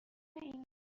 این